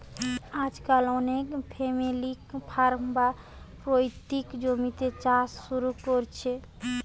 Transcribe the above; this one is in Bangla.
আজকাল অনেকে ফ্যামিলি ফার্ম, বা পৈতৃক জমিতে চাষ শুরু কোরছে